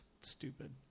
Stupid